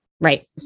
Right